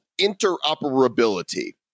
interoperability